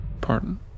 pardon